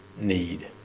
need